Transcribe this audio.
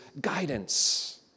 guidance